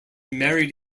married